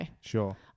Sure